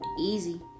Easy